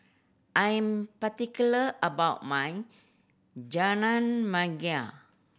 I am particular about my Jajangmyeon